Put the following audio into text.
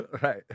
Right